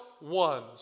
ones